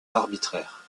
arbitraire